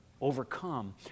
overcome